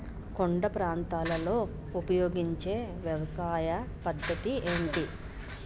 కొండ ప్రాంతాల్లో ఉపయోగించే వ్యవసాయ పద్ధతి ఏంటి?